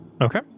Okay